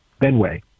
Benway